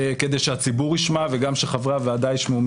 כדי שהציבור ישמע וגם כדי שחברי הוועדה ישמעו,